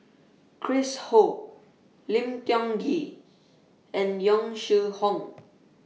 Chris Ho Lim Tiong Ghee and Yong Shu Hoong